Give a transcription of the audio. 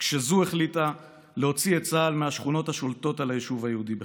כשזו החליטה להוציא את צה"ל מהשכונות השולטות על היישוב היהודי בחברון,